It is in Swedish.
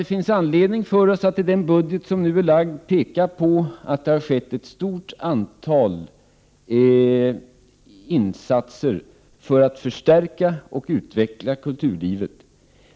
Det finns alltså anledning, med den budget som nu är framlagd, att peka på att det har gjorts ett stort antal insatser för att förstärka och utveckla kulturlivet.